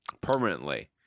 permanently